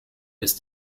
ist